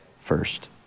first